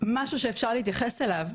משהו שאפשר להתייחס אליו,